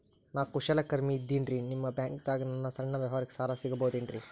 ನಾ ಕುಶಲಕರ್ಮಿ ಇದ್ದೇನ್ರಿ ನಿಮ್ಮ ಬ್ಯಾಂಕ್ ದಾಗ ನನ್ನ ಸಣ್ಣ ವ್ಯವಹಾರಕ್ಕ ಸಾಲ ಸಿಗಬಹುದೇನ್ರಿ?